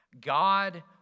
God